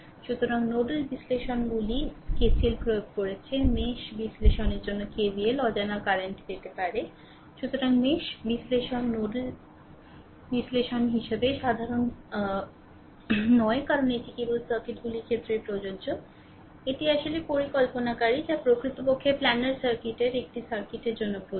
সুতরাং নোডাল বিশ্লেষণগুলিও KCL প্রয়োগ করেছে মেশ বিশ্লেষণের জন্য KVL অজানা কারেন্ট পেতে পারে সুতরাং মেশ বিশ্লেষণ নোডাল বিশ্লেষণ হিসাবে সাধারণ হিসাবে সাধারণ নয় কারণ এটি কেবল সার্কিটগুলির ক্ষেত্রেই প্রযোজ্য এটি আসলে পরিকল্পনাকারী যা প্রকৃতপক্ষে প্ল্যানার সার্কিটের একটি সার্কিটের জন্য প্রযোজ্য